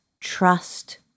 trust